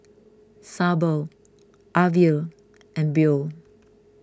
Sable Avie and Beau